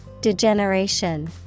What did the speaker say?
Degeneration